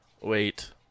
wait